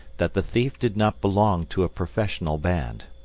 that the thief did not belong to a professional band.